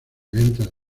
ventas